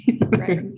Right